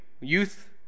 youth